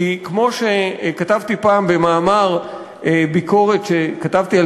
כי כמו שכתבתי פעם במאמר ביקורת שכתבתי על